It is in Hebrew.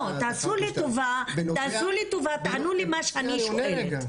לא, תעשו לי טובה, תענו לי על מה שאני שואלת.